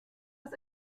das